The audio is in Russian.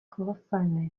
колоссальный